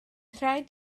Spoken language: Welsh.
rhaid